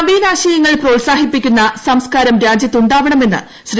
നവീനാശയങ്ങൾ പ്രോൽസാഹിപ്പിക്കുന്ന സംസ്കാര രാജൃത്തുണ്ടാവണമെന്ന് ശ്രീ